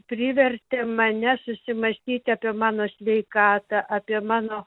privertė mane susimąstyti apie mano sveikatą apie mano